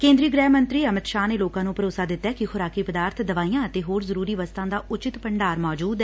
ਕੇਂਦਰੀ ਗ੍ਰਹਿ ਮੰਤਰੀ ਅਮਿਤ ਸ਼ਾਹ ਨੇ ਲੋਕਾਂ ਨੂੰ ਭਰੋਸਾ ਦਿੱਤੈ ਕਿ ਖੁਰਾਕੀ ਪਦਾਰਬ ਦਵਾਈਆਂ ਅਤੇ ਹੋਰ ਜ਼ਰੁਰੀ ਵਸਤਾਂ ਦਾ ਉਚਿਤ ਭੰਡਾਰ ਮੌਜੁਦ ਐ